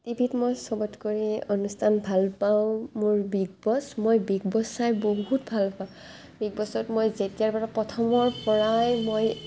T ভিত মই চবতকৰি অনুষ্ঠান ভাল পাওঁ মোৰ বিগ বছ মই বিগ বছ চাই বহুত ভাল পাওঁ বিগ বছত মই যেতিয়াৰ পৰা প্ৰথমৰ পৰাই মই